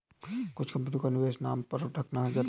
कुछ कंपनियां निवेश के नाम पर ठगना जानती हैं